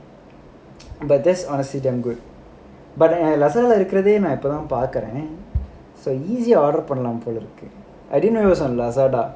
but that's honestly damn good but Lazada இருக்குறதையே நான் இப்போ தான் பார்க்குறேன்:irukkurathaiyae naan ippo thaan paarkkuraen so easy ah order பண்ணலாம் போலிருக்கு:pannalaam polirukku I didn't even know it was on Lazada